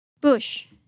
Bush